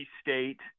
State